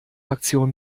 aktion